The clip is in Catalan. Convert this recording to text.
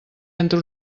entre